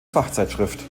fachzeitschrift